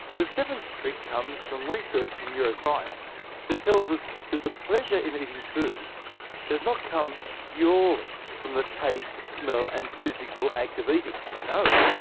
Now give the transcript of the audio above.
the seventh trick comes from research in neuroscience that tells us that the pleasure in eating food does not come purely from the taste, smell and physical act of eating. no!